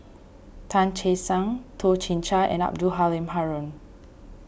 Tan Che Sang Toh Chin Chye and Abdul Halim Haron